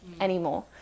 anymore